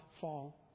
fall